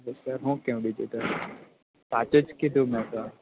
તો સર હું કહું બીજું તો સાચું જ કીધું મેં તો